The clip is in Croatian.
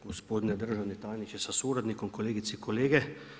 Gospodine državni tajniče sa suradnikom, kolegice i kolege.